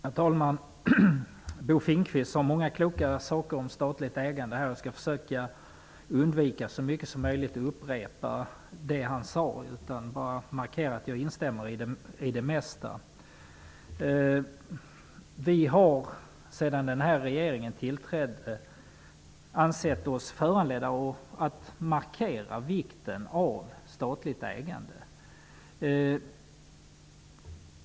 Herr talman! Bo Finnkvist sade många kloka saker om statligt ägande. Jag skall så långt möjligt försöka undvika att upprepa vad han sade. Jag vill bara markera att jag instämmer i det mesta. Sedan den här regeringen tillträdde har vi ansett oss föranledda att markera vikten av statligt ägande.